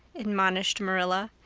admonished marilla.